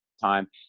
time